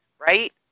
right